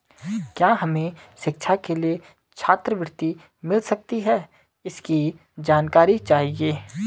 क्या हमें शिक्षा के लिए छात्रवृत्ति मिल सकती है इसकी जानकारी चाहिए?